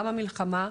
גם המלחמה,